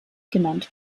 genannt